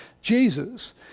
Jesus